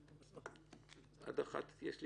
יש לי